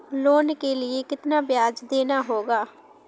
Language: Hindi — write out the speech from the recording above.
लोन के लिए कितना ब्याज देना होगा?